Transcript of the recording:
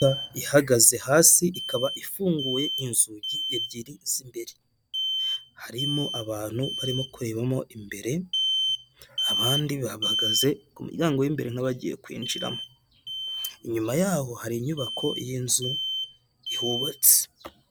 Ihagaze hasi ikaba ifunguye inzugi ebyiri z'imbere, harimo abantu barimo kurebamo imbere, abandi bahagaze kumuryango w'imbere nk'abagiye kwinjiramo. Inyuma y'aho hari inyubako y'inzu ihubatse.